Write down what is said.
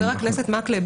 חבר הכנסת מקלב,